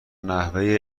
نحوه